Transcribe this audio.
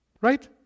Right